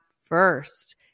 first